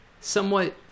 somewhat